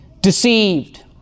deceived